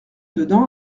dedans